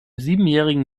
siebenjährigen